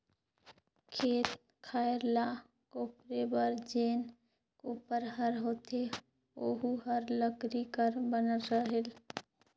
खेत खायर ल कोपरे बर जेन कोपर हर होथे ओहू हर लकरी कर बनल रहेल